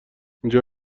اینجا